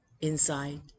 inside